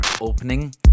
opening